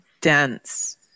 dense